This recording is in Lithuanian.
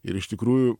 ir iš tikrųjų